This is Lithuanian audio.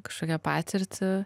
kažkokią patirtį